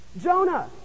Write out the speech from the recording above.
Jonah